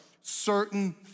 certain